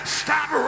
stop